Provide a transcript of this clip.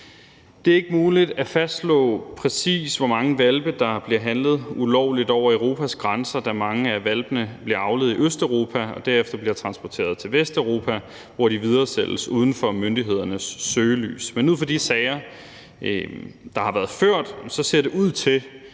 Det er ikke muligt at fastslå, præcis hvor mange hvalpe der bliver handlet ulovligt over Europas grænser, da mange af hvalpene bliver avlet i Østeuropa og derefter bliver transporteret til Vesteuropa, hvor de videresælges uden for myndighedernes søgelys. Men ud fra de sager, der har været ført, ser det ud til,